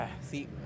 See